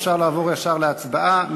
אפשר לעבור ישר להצבעה.